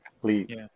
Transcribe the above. please